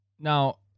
Now